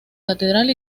catedral